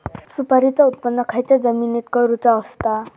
सुपारीचा उत्त्पन खयच्या जमिनीत करूचा असता?